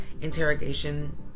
interrogation